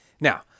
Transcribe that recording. Now